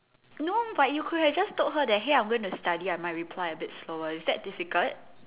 no but you could have just told her that hey I'm going to study I might reply a bit slower is that difficult